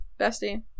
Bestie